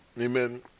amen